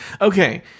Okay